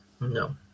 No